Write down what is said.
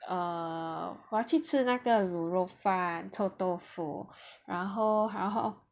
err 我要去吃那个卤肉饭臭豆腐然后然后